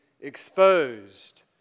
exposed